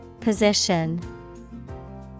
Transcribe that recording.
Position